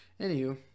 Anywho